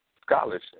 scholarship